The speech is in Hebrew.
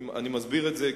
אני מסביר את זה,